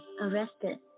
arrested